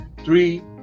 three